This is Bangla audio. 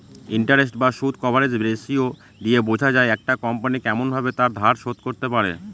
ইন্টারেস্ট বা সুদ কভারেজ রেসিও দিয়ে বোঝা যায় একটা কোম্পনি কেমন ভাবে তার ধার শোধ করতে পারে